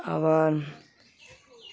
আবার